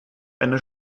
eine